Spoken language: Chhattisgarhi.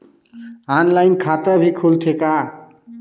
ऑनलाइन खाता भी खुलथे का?